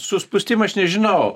su spūstim aš nežinau